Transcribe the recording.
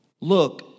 Look